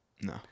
No